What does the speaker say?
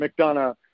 McDonough